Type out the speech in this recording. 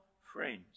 friends